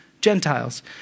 Gentiles